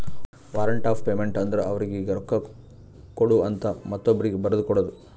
warrant of payment ಅಂದುರ್ ಅವರೀಗಿ ರೊಕ್ಕಾ ಕೊಡು ಅಂತ ಮತ್ತೊಬ್ರೀಗಿ ಬರದು ಕೊಡೋದು